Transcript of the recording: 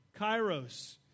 Kairos